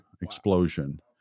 explosion